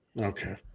Okay